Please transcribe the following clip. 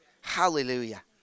Hallelujah